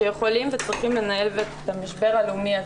שיכולים וצריכים לנהל את המשבר הלאומי הזה.